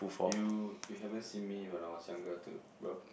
you you haven't seen me when I was younger too bro